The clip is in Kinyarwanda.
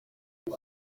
uko